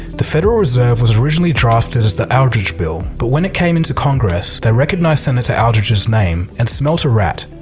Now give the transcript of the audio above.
the federal reserve was originally drafted as the aldrich bill, but when it came into congress, they recognized senator aldrich's name and smelled a rat.